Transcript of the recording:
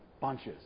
Bunches